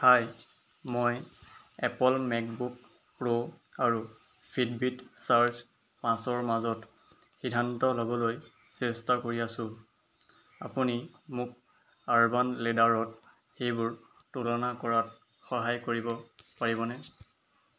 হাই মই Apple MacBook Pro আৰু Fitbit charge পাঁচৰ মাজত সিদ্ধান্ত ল'বলৈ চেষ্টা কৰি আছোঁ আপুনি মোক আৰ্বান লেডাৰত সেইবোৰ তুলনা কৰাত সহায় কৰিব পাৰিবনে